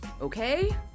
Okay